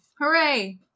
Hooray